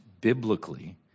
biblically